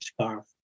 Scarf